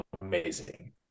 Amazing